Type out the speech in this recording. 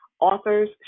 authors